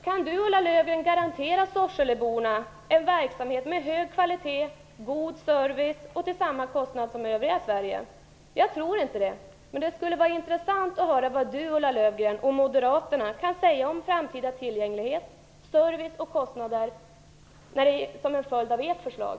Kan Ulla Löfgren garantera Sorseleborna en verksamhet med hög kvalitet, god service och till samma kostnad som i övriga Sverige? Jag tror inte det, men det skulle vara intressant att veta vad Ulla Löfgren och moderaterna kan säga om framtida tillgänglighet, service och kostnader som en följd av sitt förslag.